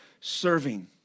serving